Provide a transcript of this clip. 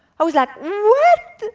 i was like, what!